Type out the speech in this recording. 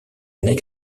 années